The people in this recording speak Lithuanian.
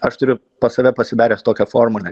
aš turiu pas save pasidaręs tokią formulę